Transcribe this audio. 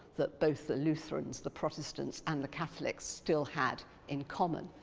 that both the lutherans the protestants and the catholics still had in common.